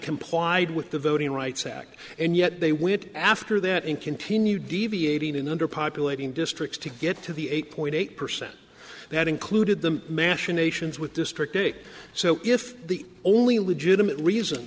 complied with the voting rights act and yet they went after that and continued deviating in under populating districts to get to the eight point eight percent that included the machinations with district so if the only legitimate reason